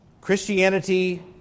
Christianity